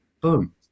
boom